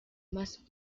must